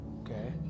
Okay